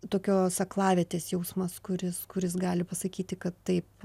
tokios aklavietės jausmas kuris kuris gali pasakyti kad taip